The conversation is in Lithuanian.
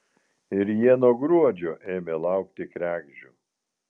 ir jie nuo gruodžio ėmė laukti kregždžių